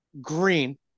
green